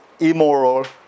immoral